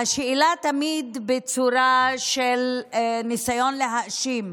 והשאלה תמיד בצורה של ניסיון להאשים,